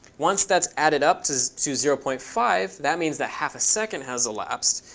once that's added up to to zero point five, that means that half a second has elapsed.